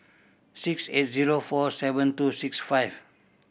six eight zero four seven two six five